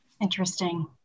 Interesting